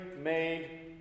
made